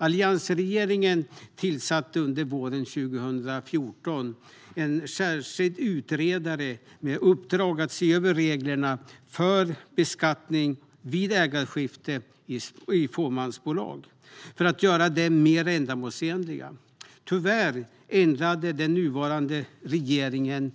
Alliansregeringen tillsatte under våren 2014 en särskild utredare med uppdrag att se över reglerna för beskattning vid ägarskifte i fåmansbolag för att göra dem mer ändamålsenliga. Tyvärr ändrade den nuvarande regeringen